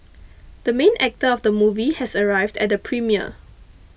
the main actor of the movie has arrived at the premiere